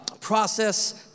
process